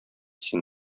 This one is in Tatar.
син